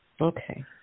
Okay